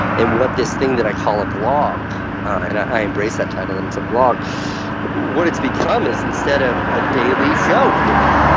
and what this thing that i call a vlog and i embrace that title, that it's a vlog what it's become is instead ah a daily show for me.